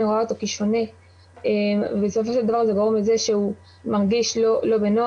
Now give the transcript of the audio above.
רואה אותו כשונה ובסופו של דבר זה גורם לזה שהוא מרגיש לא בנוח